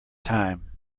time